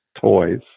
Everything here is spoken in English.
toys